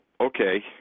okay